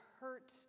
hurt